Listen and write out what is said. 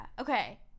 okay